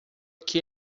que